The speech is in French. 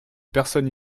personne